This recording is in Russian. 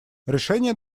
решения